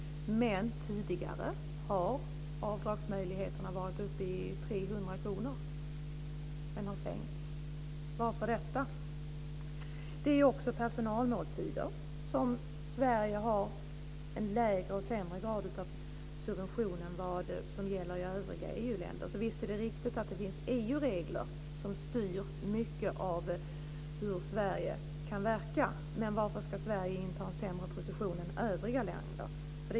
Tidigare har avdragsmöjligheterna varit uppe i 300 kr, men de har sänkts. Varför? Också när det gäller personalmåltider har Sverige en lägre och sämre grad av subvention än övriga EU länder. Visst är det riktigt att det finns EU-regler som styr mycket av hur Sverige kan verka. Men varför ska Sverige inta en sämre position än övriga länder?